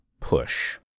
push